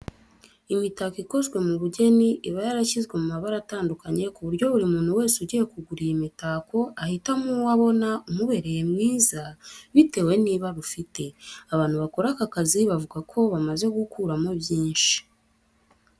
Imitako ikozwe mu bugeni iba yarashyizwe mu mabara atandukanye ku buryo buri muntu wese ugiye kugura iyo mitako ahitamo uwo abona umubereye mwiza bitewe n'ibara ufite. Abantu bakora aka kazi bavuga ko bamaze gukuramo byinshi.